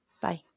Bye